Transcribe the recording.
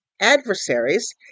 adversaries